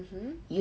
mmhmm